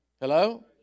Hello